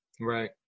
Right